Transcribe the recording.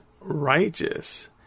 righteous